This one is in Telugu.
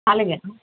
అలాగేనా